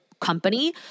company